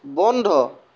বন্ধ